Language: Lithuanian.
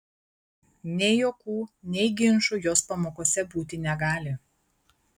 nei juokų nei ginčų jos pamokose būti negali